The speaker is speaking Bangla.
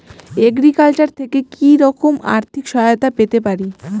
এগ্রিকালচার থেকে কি রকম আর্থিক সহায়তা পেতে পারি?